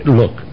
look